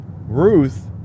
ruth